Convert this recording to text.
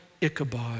Ichabod